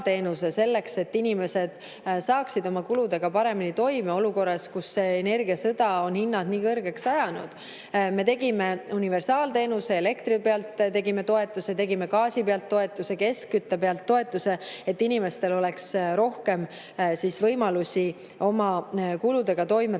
selleks et inimesed saaksid oma kuludega paremini toime olukorras, kus energiasõda on hinnad nii kõrgeks ajanud. Me tegime universaalteenuse, elektri pealt tegime toetuse, tegime gaasi pealt toetuse, keskkütte pealt toetuse, et inimestel oleks rohkem võimalusi oma kuludega toime tulla.